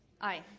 Aye